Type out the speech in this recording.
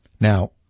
Now